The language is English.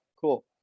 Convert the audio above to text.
cool